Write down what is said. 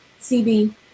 CB